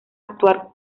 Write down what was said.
actuar